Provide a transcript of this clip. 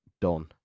done